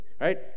right